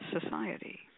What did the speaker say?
society